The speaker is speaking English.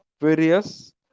various